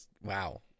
Wow